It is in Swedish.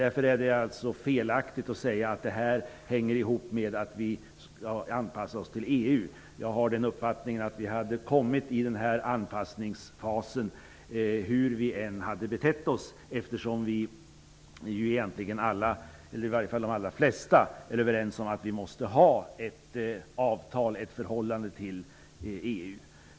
Det är alltså fel att säga att detta hänger ihop med att vi skall anpassa oss till EU. Min uppfattning är att vi hade kommit in i den här anpassningsfasen hur vi än hade betett oss eftersom de allra flesta av oss är överens om att vi måste ha en anknytning till EU.